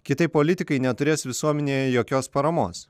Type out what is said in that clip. kitaip politikai neturės visuomenėje jokios paramos